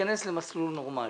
להיכנס למסלול נורמלי.